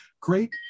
great